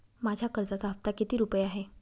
माझ्या कर्जाचा हफ्ता किती रुपये आहे?